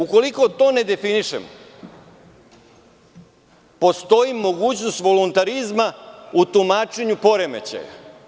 Ukoliko to ne definišemo, postoji mogućnost voluntarizma u tumačenju poremećaja.